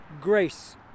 grace